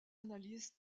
analyses